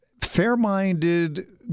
fair-minded